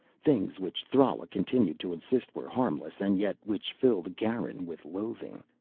things which thrala continued to insist were harmless and yet which filled garin with loathing.